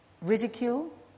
ridicule